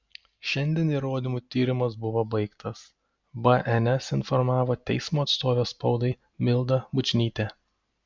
šiandien įrodymų tyrimas buvo baigtas bns informavo teismo atstovė spaudai milda bučnytė